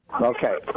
Okay